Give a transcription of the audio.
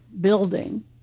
building